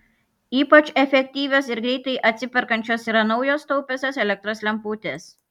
ypač efektyvios ir greitai atsiperkančios yra naujos taupiosios elektros lemputės